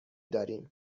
داریم